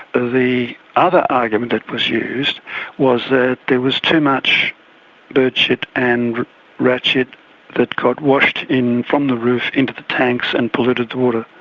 the the other argument that was used was that there was too much birdshit and ratshit that got washed in from the roof into the tanks and polluted the water.